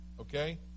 Okay